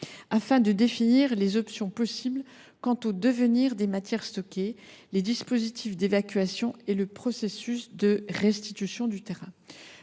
afin de définir les options possibles quant au devenir des matières stockées, les dispositifs d’évacuation et le processus de restitution du terrain.